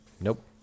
Nope